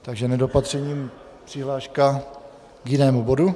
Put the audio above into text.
Takže nedopatřením přihláška k jinému bodu.